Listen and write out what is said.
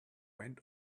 went